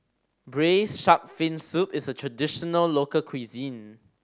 braise shark fin soup is a traditional local cuisine